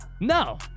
No